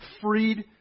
freed